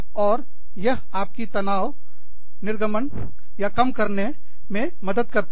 और यह आपकी तनाव निर्गमनकम करने में मदद करता है